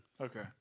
Okay